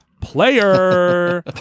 player